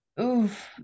oof